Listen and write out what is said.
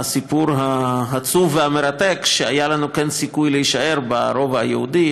הסיפור העצוב והמרתק שהיה לנו כן סיכוי להישאר ברובע היהודי,